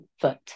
foot